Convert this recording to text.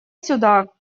сюда